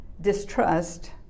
distrust